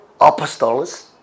apostolos